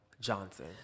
Johnson